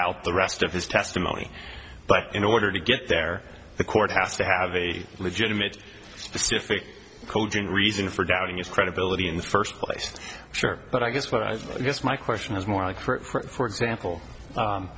doubt the rest of his testimony but in order to get there the court has to have a legitimate specific coding reason for doubting his credibility in the first place sure but i guess what i guess my question is more like for example